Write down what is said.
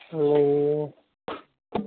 हो